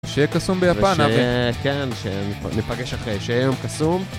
שיהיה קסום ביפן, אבי. וש... כן, כן. ניפגש אחרי, שיהיה יום קסום.